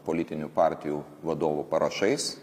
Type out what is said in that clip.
politinių partijų vadovų parašais